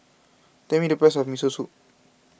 tell me the price of Miso Soup